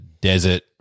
desert